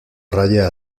raya